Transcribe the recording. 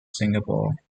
singapore